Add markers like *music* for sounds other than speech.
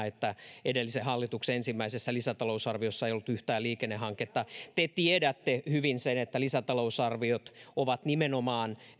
*unintelligible* että edellisen hallituksen ensimmäisessä lisätalousarviossa ei ollut yhtään liikennehanketta te tiedätte hyvin sen että lisätalousarviot ovat nimenomaan